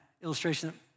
illustration